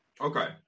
Okay